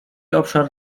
obszar